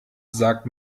sagt